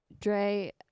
Dre